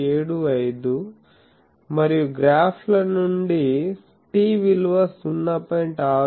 1575 మరియు గ్రాఫ్ల నుండి t విలువ 0